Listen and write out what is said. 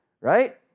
right